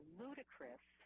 ludicrous